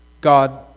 God